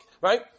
right